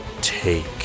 Take